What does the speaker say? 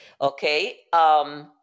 Okay